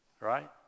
right